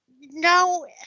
no